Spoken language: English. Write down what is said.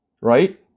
Right